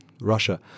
Russia